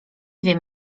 wiem